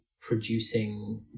producing